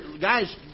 guys